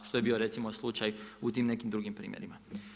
Što je bio recimo slučaj u tim nekim drugim primjerima.